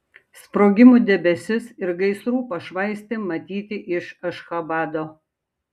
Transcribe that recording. sprogimų debesis ir gaisrų pašvaistė matyti iš ašchabado